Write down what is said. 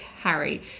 Harry